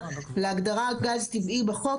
להגדרה על גז טבעי בחוק,